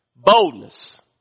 Boldness